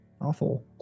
awful